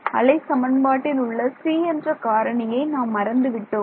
அலை சமன்பாட்டில் உள்ள 'c' என்ற காரணியை நாம் மறந்து விட்டோம்